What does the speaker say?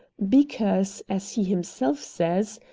because, as he himself says,